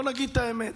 בוא נגיד את האמת.